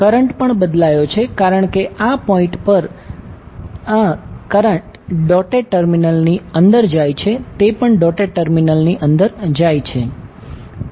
current પણ બદલાયો છે કારણ કે આ પોઇંટ પર 1 ડોટેડ ટર્મિનલની અંદર જાય છે તે પણ ડોટેડ ટર્મિનલની અંદર જાય છે